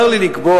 צר לי לקבוע,